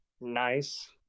nice